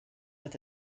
with